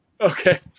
Okay